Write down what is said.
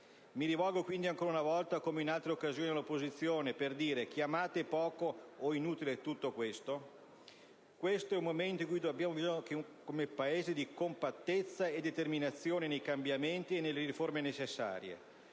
Mi rivolgo quindi ancora una volta, come in altre occasioni, all'opposizione per dire: chiamate poco o inutile tutto questo ? Questo è un momento in cui abbiamo bisogno, come Paese, di compattezza e determinazione nei cambiamenti e nelle riforme necessarie.